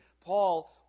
Paul